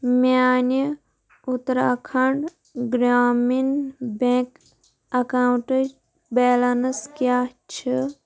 میانہِ اُتراکھنٛڈ گرٛامیٖن بٮ۪نٛک اکاونٹٕچ بٮ۪لنٕس کیٛاہ چھِ